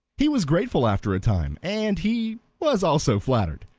he was grateful after a time, and he was also flattered.